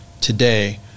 today